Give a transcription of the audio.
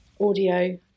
audio